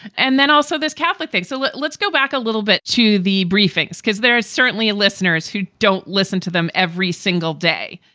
and then also this catholic a lot. let's go back a little bit to the briefings, because there are certainly listeners who don't listen to them every single day.